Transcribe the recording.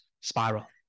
spiral